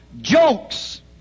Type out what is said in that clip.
jokes